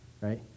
right